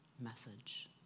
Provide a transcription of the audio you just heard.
message